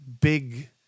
big